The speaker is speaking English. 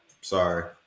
Sorry